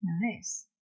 Nice